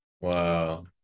Wow